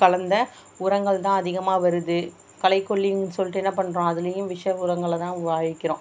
கலந்த உரங்கள் தான் அதிகமாக வருது களைக்கொல்லின்னு சொல்லிட்டு என்ன பண்ணுறோம் அதுலேயும் விஷ உரங்களை தான் உபயோக்கிறோம்